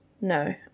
no